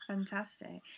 Fantastic